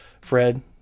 Fred